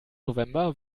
november